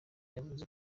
yavuze